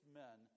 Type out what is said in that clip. men